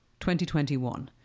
2021